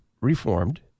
reformed